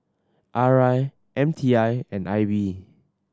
R I M T I and I B